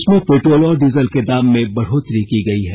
देश में पेट्रोल और डीजल के दाम में बढ़ोत्तरी की गई है